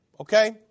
Okay